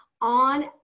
on